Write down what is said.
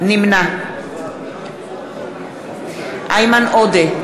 נמנע איימן עודה,